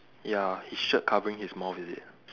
ya his shirt covering his mouth is it